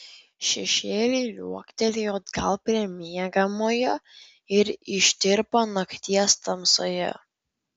šešėliai liuoktelėjo atgal prie miegamojo ir ištirpo nakties tamsoje